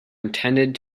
intended